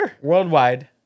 worldwide